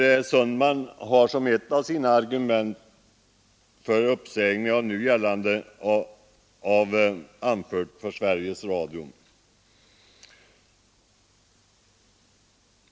Herr Sundman har som ett av sina argument anfört behovet av en uppsägning av det nu gällande avtalet med Sveriges Radio.